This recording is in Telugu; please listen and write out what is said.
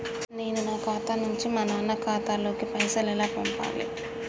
నేను నా ఖాతా నుంచి మా నాన్న ఖాతా లోకి పైసలు ఎలా పంపాలి?